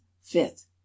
fifth